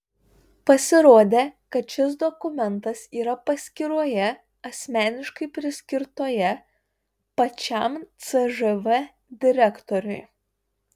pasirodė kad šis dokumentas yra paskyroje asmeniškai priskirtoje pačiam cžv direktoriui